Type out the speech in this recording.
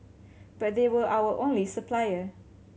but they were our only supplier